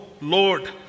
Lord